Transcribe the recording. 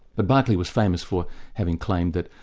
but barclay was famous for having claimed that,